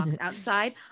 outside